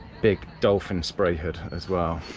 big dolphin spray hood as well.